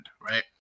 Right